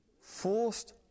forced